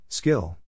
Skill